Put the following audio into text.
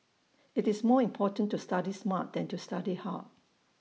IT is more important to study smart than to study hard